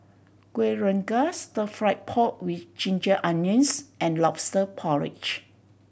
Kuih Rengas Stir Fried Pork With Ginger Onions and Lobster Porridge